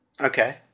okay